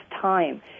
time